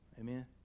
Amen